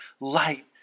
light